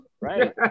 Right